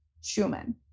Schumann